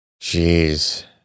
Jeez